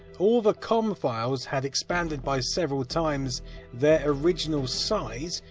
all the com files had expanded by several times there original size,